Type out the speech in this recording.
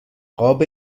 قاب